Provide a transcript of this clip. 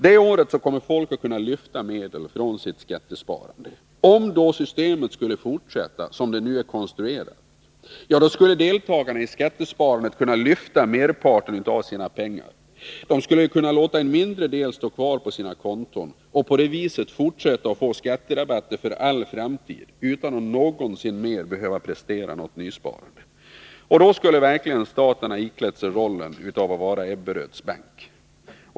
Det året kommer folk att kunna lyfta medel från sitt skattesparande. Om då systemet skulle fortsätta som det nu är konstruerat, skulle deltagarna i skattesparandet kunna lyfta merparten av sina pengar, låta en mindre del stå kvar på sina konton och på det viset fortsätta att få skatterabatter för all framtid, utan att någonsin mer behöva prestera något nysparande. Då skulle verkligen staten ha iklätt sig rollen av Ebberöds bank.